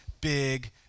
big